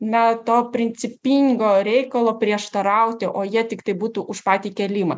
na to principingo reikalo prieštarauti o jie tiktai būtų už patį kėlimą